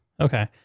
okay